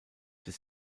des